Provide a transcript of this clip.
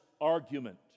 argument